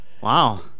Wow